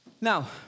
Now